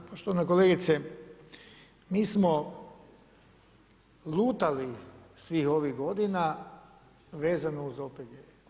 Pa poštovana kolegice, mi smo lutali svih ovih godina vezano uz OPG-e.